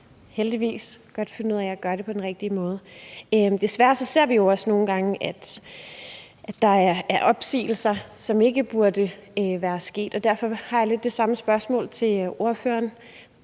heldigvis godt finde ud af at gøre det på den rigtige måde. Desværre ser vi jo også nogle gange, at der er opsigelser, som ikke burde være sket. Og derfor har jeg lidt det samme spørgsmål til ordføreren